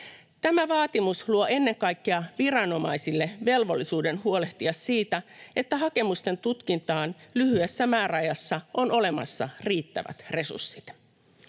Tämä vaatimus luo ennen kaikkea viranomaisille velvollisuuden huolehtia siitä, että hakemusten tutkintaan lyhyessä määräajassa on olemassa riittävät resurssit.